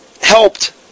helped